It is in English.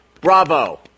bravo